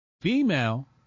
Female